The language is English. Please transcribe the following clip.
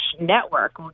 network